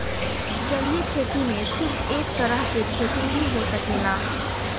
जलीय खेती में सिर्फ एक तरह के खेती ही हो सकेला